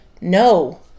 No